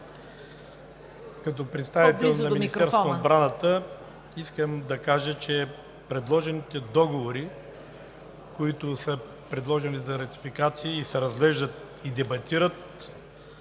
Като представител на Министерството на отбраната искам да кажа, че предложените договори, които са предложени за ратификации, се разглеждат и дебатират,